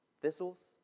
thistles